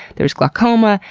there's glaucoma,